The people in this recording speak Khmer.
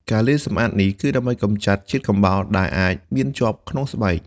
ការលាងសម្អាតនេះគឺដើម្បីកម្ចាត់ជាតិកំបោរដែលអាចមានជាប់ក្នុងស្បែក។